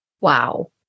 Wow